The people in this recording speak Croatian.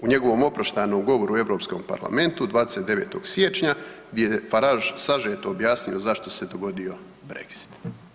U njegovom oproštajnom govoru u Europskom parlamentu 29. siječnja, gdje je Farage sažeto objasnio zašto se dogodio Brexit.